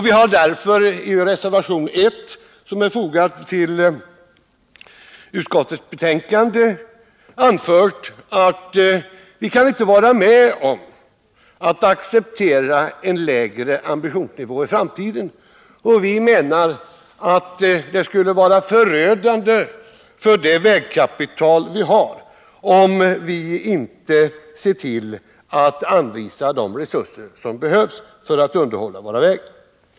Vi har därför i reservation 1, som är fogad till utskottsbetänkandet, anfört att vi inte kan vara med om att acceptera en lägre ambitionsnivå i framtiden. Vi menar att det skulle vara förödande för det vägkapital vi har om vi inte ser till att anvisa de resurser som behövs för att underhålla våra vägar.